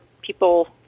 people